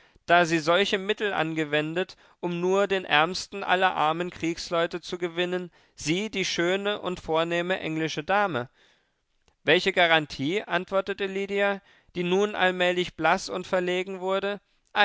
da sie solche mittel angewendet um nur den ärmsten aller armen kriegsleute zu gewinnen sie die schöne und vornehme englische dame welche garantie antwortete lydia die nun allmählich blaß und verlegen wurde